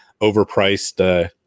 overpriced